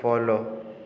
follow